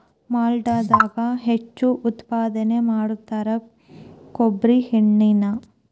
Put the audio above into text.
ಮಲ್ನಾಡದಾಗ ಹೆಚ್ಚು ಉತ್ಪಾದನೆ ಮಾಡತಾರ ಕೊಬ್ಬ್ರಿ ಎಣ್ಣಿನಾ